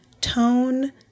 tone